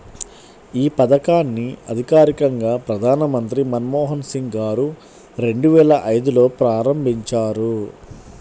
యీ పథకాన్ని అధికారికంగా ప్రధానమంత్రి మన్మోహన్ సింగ్ గారు రెండువేల ఐదులో ప్రారంభించారు